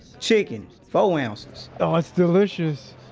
chicken, four ounces ah, it's delicious.